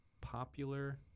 Popular